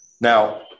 Now